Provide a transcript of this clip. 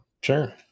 Sure